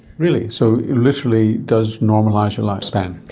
really? so it literally does normalise your lifespan?